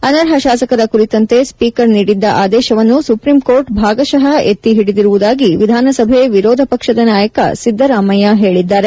ಅನರ್ಹ ಶಾಸಕರ ಕುರಿತಂತೆ ಸ್ಟೀಕರ್ ನೀಡಿದ್ದ ಆದೇಶವನ್ನು ಸುಪ್ರೀಂಕೋರ್ಟ್ ಭಾಗಶವಾಗಿ ಎತ್ತಿ ಹಿಡಿದಿರುವುದಾಗಿ ವಿಧಾನಸಭೆ ವಿರೋಧ ಪಕ್ಷದ ನಾಯಕ ಸಿದ್ದರಾಮಯ್ಯ ಹೇಳಿದ್ದಾರೆ